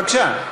בבקשה.